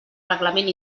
reglament